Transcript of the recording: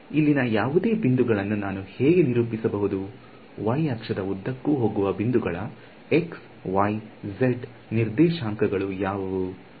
ಇಲ್ಲಿನ ಯಾವುದೇ ಬಿಂದುಗಳನ್ನು ನಾನು ಹೇಗೆ ನಿರೂಪಿಸಬಹುದು y ಅಕ್ಷದ ಉದ್ದಕ್ಕೂ ಹೋಗುವ ಬಿಂದುಗಳ xyz ನಿರ್ದೇಶಾಂಕಗಳು ಯಾವುವು